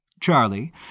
Charlie